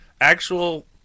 actual